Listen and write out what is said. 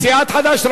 סיעת חד"ש.